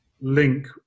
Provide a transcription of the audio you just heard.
link